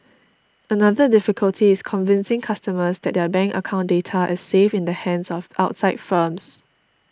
another difficulty is convincing customers that their bank account data is safe in the hands of outside firms